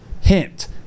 Hint